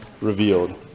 Revealed